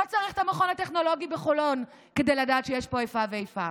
לא צריך את המכון הטכנולוגי בחולון כדי לדעת שיש פה איפה ואיפה.